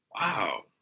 Wow